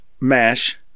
mash